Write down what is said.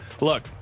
Look